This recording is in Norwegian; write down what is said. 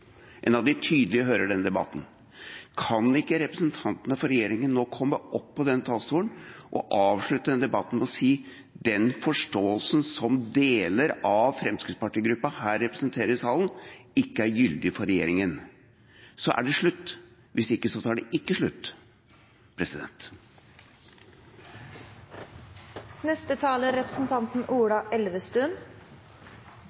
deler av fremskrittspartigruppa her representerer i salen, ikke er gyldig for regjeringa? Så er det slutt. Hvis ikke tar det ikke slutt. Representanten Ola Elvestuen